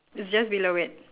it's just below it